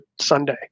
Sunday